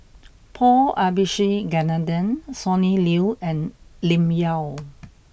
Paul Abisheganaden Sonny Liew and Lim Yau